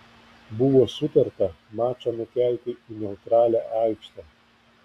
buvo sutarta mačą nukelti į neutralią aikštę